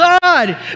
God